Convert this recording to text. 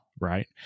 Right